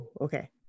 Okay